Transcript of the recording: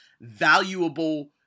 valuable